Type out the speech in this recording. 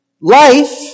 Life